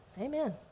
Amen